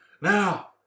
Now